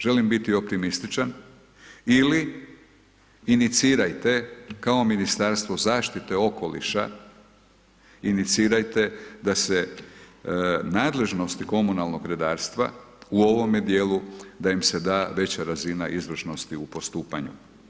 Želim biti optimističan, ili inicirajte kao Ministarstvo zaštite okoliša, inicirajte da se nadležnosti komunalnog redarstva u ovome dijelu da im se da veća razina izvršnosti u postupanju.